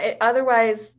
otherwise